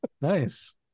Nice